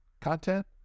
content